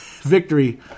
victory